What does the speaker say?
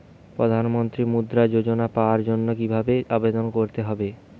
প্রধান মন্ত্রী মুদ্রা যোজনা পাওয়ার জন্য কিভাবে আবেদন করতে হবে?